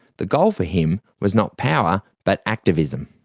the goal for him was not power but activism.